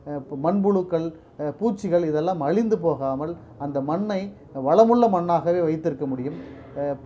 மண் புழுக்கள் பூச்சிகள் இதெல்லாம் அழிந்து போகாமல் அந்த மண்ணை வளமுள்ள மண்ணாகவே வைத்திருக்க முடியும்